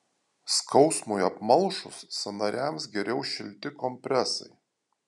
skausmui apmalšus sąnariams geriau šilti kompresai